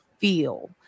feel